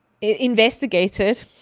Investigated